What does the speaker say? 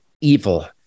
evil